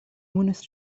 مونس